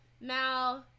now